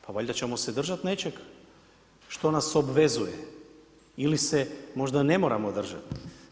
Pa valjda ćemo se držat nečeg što nas obvezuje ili se možda ne moramo držati.